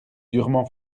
durement